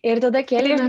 ir tada kėlėme